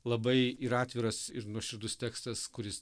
labai ir atviras ir nuoširdus tekstas kuris